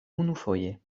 unufoje